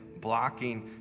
blocking